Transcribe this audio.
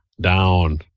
down